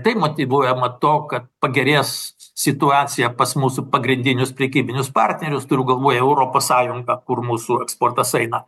tai motyvuojama tuo kad pagerės situacija pas mūsų pagrindinius prekybinius partnerius turiu galvoj europos sąjungą kur mūsų eksportas eina